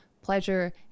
pleasure